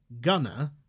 Gunner